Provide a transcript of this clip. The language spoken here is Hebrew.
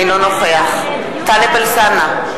אינו נוכח טלב אלסאנע,